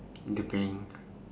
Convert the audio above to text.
the bank